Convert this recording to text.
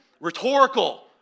rhetorical